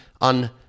on